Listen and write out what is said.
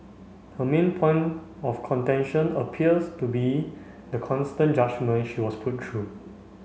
her main point of contention appears to be the constant judgement she was put through